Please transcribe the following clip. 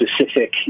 specific